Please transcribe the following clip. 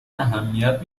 اهمیت